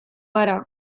gara